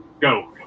Go